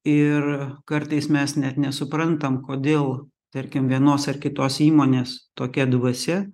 ir kartais mes net nesuprantam kodėl tarkim vienos ar kitos įmonės tokia dvasia